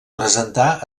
presentà